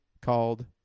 called